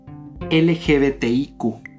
LGBTIQ